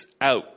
out